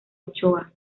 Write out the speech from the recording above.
ochoa